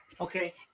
Okay